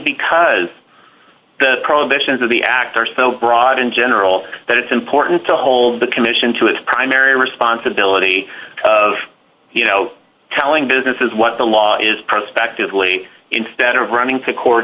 because the prohibitions of the act are so broad in general that it's important to hold the commission to its primary responsibility of you know telling business is what the law is prospectively instead of running to court